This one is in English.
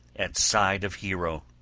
at side of hero!